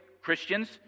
Christians